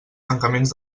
tancaments